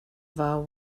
vow